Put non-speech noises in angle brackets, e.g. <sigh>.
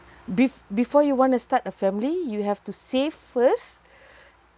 bef~ before you want to start a family you have to save first <breath>